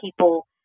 people